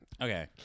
Okay